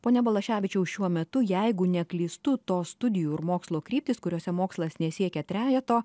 pone balaševičiau šiuo metu jeigu neklystu tos studijų ir mokslo kryptys kuriose mokslas nesiekia trejeto